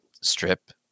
strip